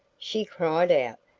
she cried out,